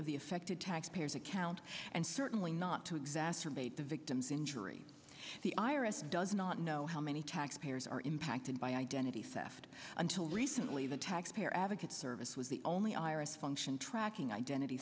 of the affected taxpayers account and certainly not to exacerbate the victim's injury the iris does not know how many taxpayers are impacted by identity theft until recently the taxpayer advocate service was the only iris function tracking identity